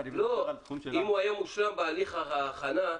אם הוא היה מושלם בהליך ההכנה,